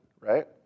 right